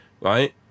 right